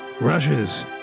rushes